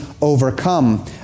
overcome